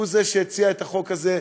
הוא זה שהציע את החוק הזה,